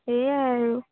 এইয়াই আৰু